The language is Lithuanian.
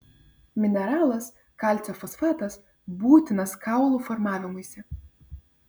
mineralas kalcio fosfatas būtinas kaulų formavimuisi